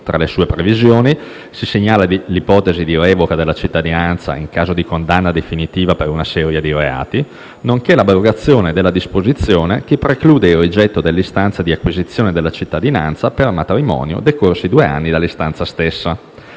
Tra le sue previsioni, si segnala l'ipotesi di revoca della cittadinanza in caso di condanna definitiva per una serie di reati, nonché l'abrogazione della disposizione che preclude il rigetto dell'istanza di acquisizione della cittadinanza per matrimonio, decorsi due anni dalla stessa.